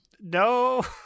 No